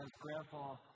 grandpa